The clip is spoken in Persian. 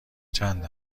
چند